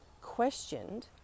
questioned